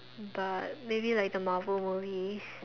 but maybe like the Marvel movies